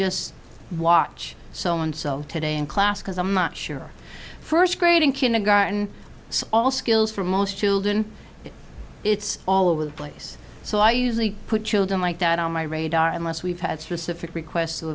just watch so and so today in class because i'm not sure first grade in kindergarten all skills for most children it's all over the place so i usually put children like that on my radar unless we've had specific requests